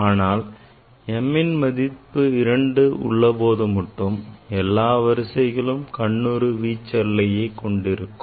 ஆனால் mன் மதிப்பு 2 உள்ள போது மட்டும் எல்லா வரிசைகளும் கண்ணுறு வீச்செல்லையை கொண்டிருக்கும்